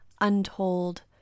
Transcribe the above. untold